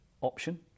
option